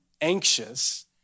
anxious